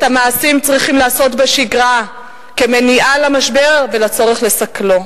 את המעשים צריכים לעשות בשגרה כמניעה למשבר ולצורך לסכלו.